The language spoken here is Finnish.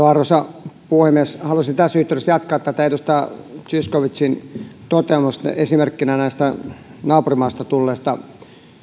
arvoisa puhemies haluaisin tässä yhteydessä jatkaa edustaja zyskowiczin toteamusta esimerkiksi näistä naapurimaasta tulleista